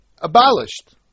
abolished